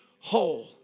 whole